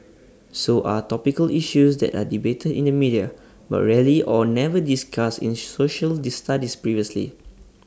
so are topical issues that are debated in the media but rarely or never discussed in social the studies previously